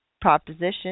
proposition